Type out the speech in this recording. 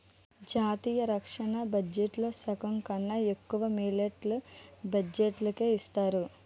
జాతీయ రక్షణ బడ్జెట్లో సగంకన్నా ఎక్కువ మిలట్రీ బడ్జెట్టుకే ఇస్తారు